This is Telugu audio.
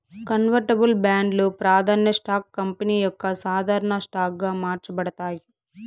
కన్వర్టబుల్ బాండ్లు, ప్రాదాన్య స్టాక్స్ కంపెనీ యొక్క సాధారన స్టాక్ గా మార్చబడతాయి